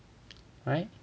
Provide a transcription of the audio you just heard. right